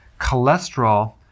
cholesterol